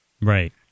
Right